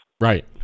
Right